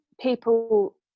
people